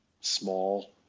small